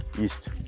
east